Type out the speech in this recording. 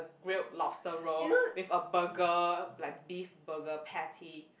real lobster roll with a burger like beef burger patty